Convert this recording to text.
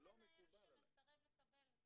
מה זה מנהל שמסרב לקבל?